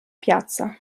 piazza